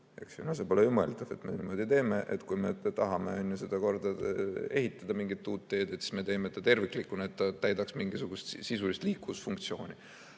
see pole ju mõeldav, et me niimoodi teeme. Kui me tahame seda korda teha või ehitada mingit uut teed, siis me teeme seda terviklikuna, et ta täidaks mingisugust sisulist liiklusfunktsiooni.